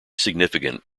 significant